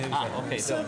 בשעה